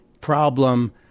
problem